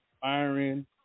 firing